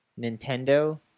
Nintendo